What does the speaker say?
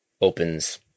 opens